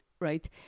right